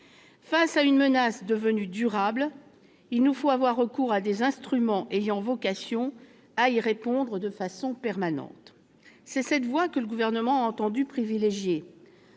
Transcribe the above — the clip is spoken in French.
Face à une menace devenue durable, il nous faut avoir recours à des instruments ayant vocation à y répondre de façon permanente. C'est cette voie que le Gouvernement a entendu privilégier